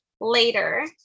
later